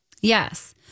Yes